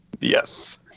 yes